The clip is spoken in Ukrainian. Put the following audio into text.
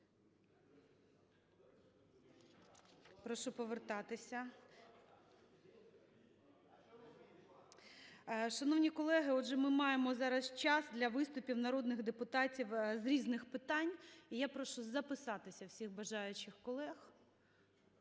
Прошу повертатися. Шановні колеги, отже, ми маємо зараз час для виступів народних депутатів з різних питань. І я прошу записатися всіх бажаючих колег